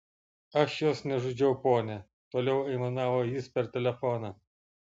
aš jos nežudžiau ponia toliau aimanavo jis per telefoną